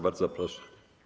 Bardzo proszę.